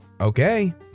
Okay